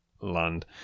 land